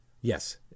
Yes